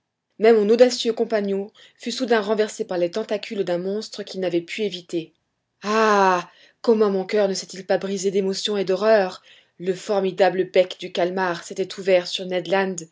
mais mon audacieux compagnon fut soudain renversé par les tentacules d'un monstre qu'il n'avait pu éviter ah comment mon coeur ne s'est-il pas brisé d'émotion et d'horreur le formidable bec du calmar s'était ouvert sur